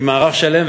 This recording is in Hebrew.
עם מערך שלם,